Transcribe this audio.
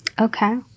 Okay